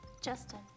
Justin